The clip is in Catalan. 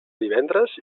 divendres